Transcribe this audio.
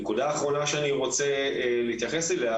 נקודה אחרונה שאני רוצה להתייחס אליה,